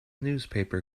newspaper